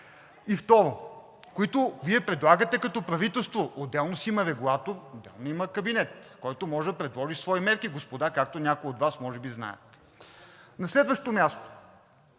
мерките, които Вие предлагате като правителство. Отделно си има регулатор, отделно има кабинет, който може да предложи свои мерки, господа, както някои от Вас може би знаят. На следващо място